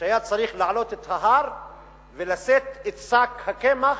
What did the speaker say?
שהיה צריך לעלות את ההר ולשאת את שק הקמח,